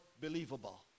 believable